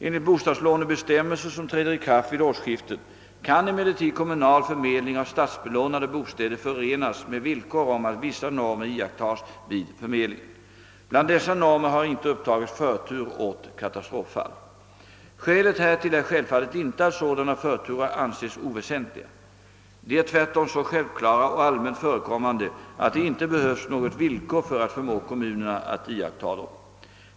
Enligt bostadslånebestämmelser som träder i kraft vid årsskiftet kan emellertid kommunal förmedling av statsbelånade bostäder förenas med villkor om att vissa normer iakttas vid förmedlingen. Bland dessa normer har inte upptagits förtur åt katastroffall. Skälet härtill är självfallet inte att sådana förturer ansetts oväsentliga. De är tvärtom så självklara och allmänt förekommande att det inte behövs något villkor för att förmå kommunerna att iaktta dem.